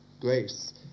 grace